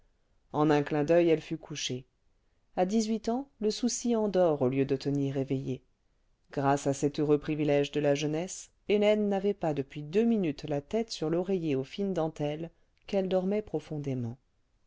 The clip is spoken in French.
en un clin d'oeil elle fut couchée à dix-huit ans le souci endort au lieu de tenir éveillé grâce à cet heureux privilège de la jeunesse hélène n'avait pas depuis deux minutes la tête sur l'oreiller aux fines dentelles qu'elle dormait profondément